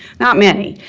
not many.